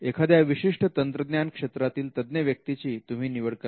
एखाद्या विशिष्ट तंत्रज्ञान क्षेत्रातील तज्ञ व्यक्तीची तुम्ही निवड कराल